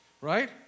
Right